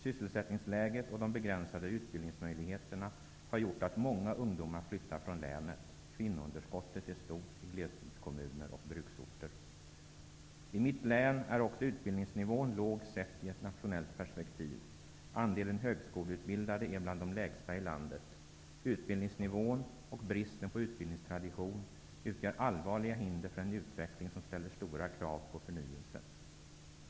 Sysselsättningsläget och de begränsade utbildningsmöjligheterna har gjort att många ungdomar flyttar från länet. Kvinnounderskottet är stort i glesbygdskommuner och bruksorter. I mitt län är också utbildningsnivån låg sett i ett nationellt perspektiv. Andelen högskoleutbildade är bland de lägsta i landet. Utbildningsnivån och bristen på utbildningstradition utgör allvarliga hinder för en utveckling som ställer stora krav på förnyelse.